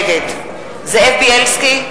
נגד זאב בילסקי,